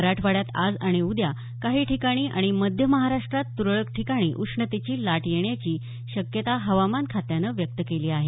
मराठवाड्यात आज आणि उद्या काही ठिकाणी आणि मध्य महाराष्ट्रात तुरळक ठिकाणी उष्णतेची लाट येण्याची शक्यता हवामान खात्यानं व्यक्त केली आहे